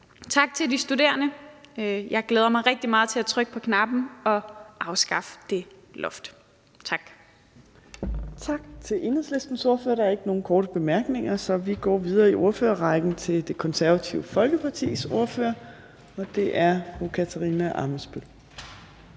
tak til de studerende. Jeg glæder mig rigtig meget til at trykke på knappen og afskaffe det uddannelsesloft. Tak. Kl. 12:33 Fjerde næstformand (Trine Torp): Tak til Enhedslistens ordfører. Der er ikke nogen korte bemærkninger, så vi går videre i ordførerrækken til Det Konservative Folkepartis ordfører. Og det er fru Katarina Ammitzbøll.